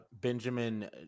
benjamin